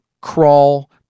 crawl